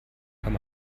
kann